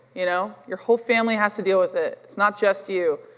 you know your whole family has to deal with it. it's not just you.